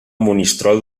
monistrol